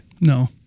No